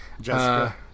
Jessica